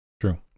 True